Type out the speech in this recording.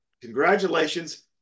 Congratulations